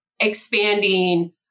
expanding